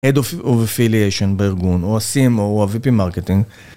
הד אוף אפיליאיישן בארגון, או ה-סים, או הוי.פי מרקטינג